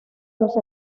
los